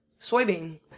soybean